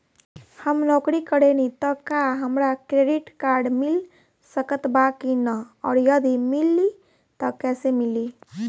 हम नौकरी करेनी त का हमरा क्रेडिट कार्ड मिल सकत बा की न और यदि मिली त कैसे मिली?